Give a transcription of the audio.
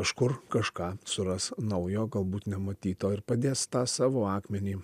kažkur kažką suras naujo galbūt nematyto ir padės tą savo akmenį